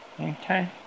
okay